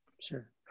Sure